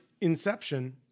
Inception